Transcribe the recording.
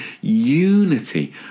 unity